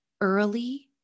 Early